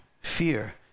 fear